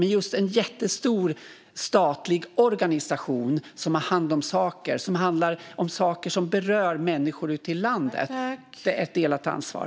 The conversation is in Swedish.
Men en jättestor statlig organisation som har hand om saker som berör människor ute i landet är ett delat ansvar.